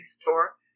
store